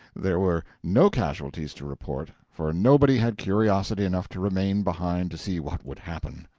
there were no casualties to report, for nobody had curiosity enough to remain behind to see what would happen.